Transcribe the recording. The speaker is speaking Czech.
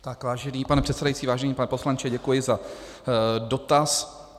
Tak vážený pane předsedající, vážený pane poslanče, děkuji za dotaz.